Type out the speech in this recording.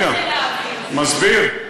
רגע, אני מסביר.